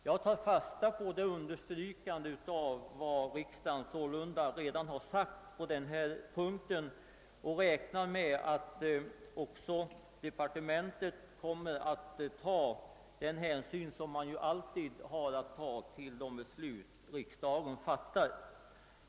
Jag tar fasta på och understryker vad riksdagen redan sägt på denna punkt och räknar med att departementet kommer att på vanligt sätt beakta riksdagens beslut.